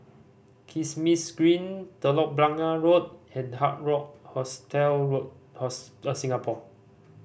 Kismis Green Telok Blangah Road and Hard Rock Hostel Road Hostel Singapore